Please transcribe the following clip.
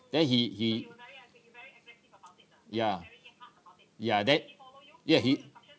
then he he ya ya that yeah he